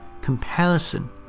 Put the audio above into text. comparison